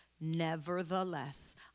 Nevertheless